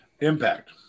Impact